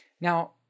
Now